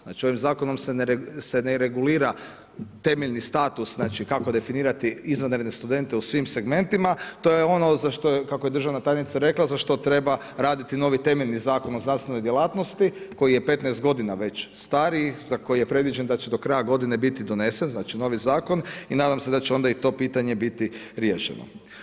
Znači ovim zakonom se ne regulira temeljni status, znači kako definirati izvanredne studente u svim segmentima, to je ono kako je državna tajnica rekla, za što treba raditi novi temeljni Zakon o znanstvenoj djelatnosti koji je 15 godina već star i za koji je predviđen da će do kraja godine biti donesen, znači novi zakon i nadam se da će onda i to pitanje biti riješeno.